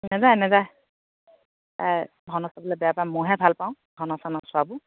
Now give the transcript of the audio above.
নাযায় নাযায় তাই ভাওনা চাবলৈ বেয়া পায় মইহে ভালপাওঁ ভাওনা চাওনা চোৱাবোৰ